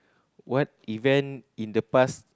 what event in the past